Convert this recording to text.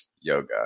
yoga